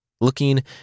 looking